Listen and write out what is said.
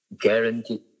Guaranteed